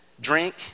drink